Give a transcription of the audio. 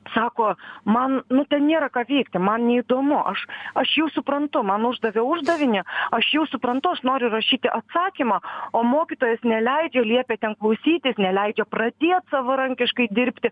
sako man nu ten nėra ką veikti man neįdomu aš aš jau suprantu man uždavė uždavinį aš jau suprantu aš noriu rašyti atsakymą o mokytojas neleidžia liepia ten klausytis neleidžia pradėt savarankiškai dirbti